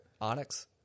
Onyx